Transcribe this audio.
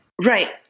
Right